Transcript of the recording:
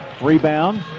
Rebound